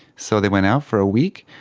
so they went out for a week.